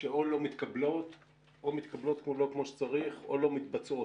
שלא מתקבלות או מתקבלות לא כמו שצריך או לא מתבצעות.